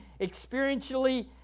experientially